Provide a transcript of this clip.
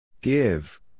Give